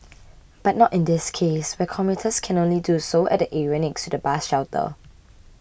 but not in this case where commuters can only do so at the area next to the bus shelter